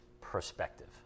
perspective